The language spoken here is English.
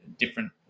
different